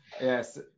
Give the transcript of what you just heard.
Yes